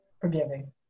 Forgiving